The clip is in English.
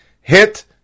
hit